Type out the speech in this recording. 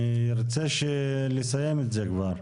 אני ארצה לסיים את זה כבר.